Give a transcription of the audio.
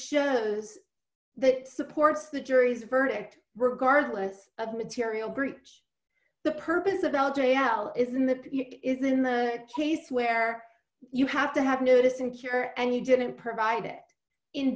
shows that supports the jury's verdict regardless of material breach the purpose of l j al isn't that it isn't the case where you have to have notice and care and he didn't provide i